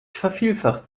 vervielfacht